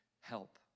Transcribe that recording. help